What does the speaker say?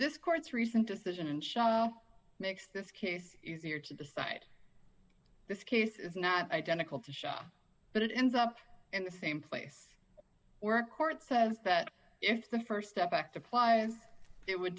this court's recent decision and she makes this case easier to decide this case is not identical to show but it ends up in the same place or court says that if the st step back to apply and it would